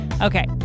Okay